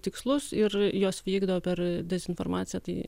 tikslus ir jos vykdo per dezinformaciją tai